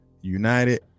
united